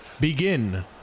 Begin